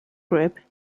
group